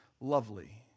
lovely